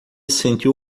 sentiu